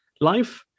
life